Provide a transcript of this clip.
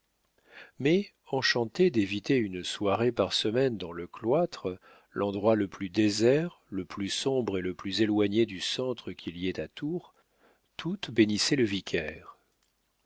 mais enchantées d'éviter une soirée par semaine dans le cloître l'endroit le plus désert le plus sombre et le plus éloigné du centre qu'il y ait à tours toutes bénissaient le vicaire